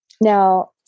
now